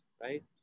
Right